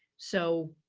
so